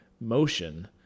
motion